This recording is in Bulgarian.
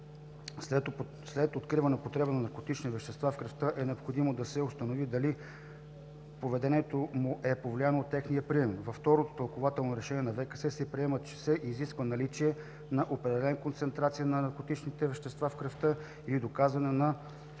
след откриване употреба на наркотични вещества в кръвта е необходимо да се установи дали поведението му е повлияно от техния прием. Във второто тълкувателно решение на ВКС се приема, че не се изисква наличие на определена концентрация на наркотичните вещества в кръвта или доказване на